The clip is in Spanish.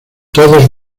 todos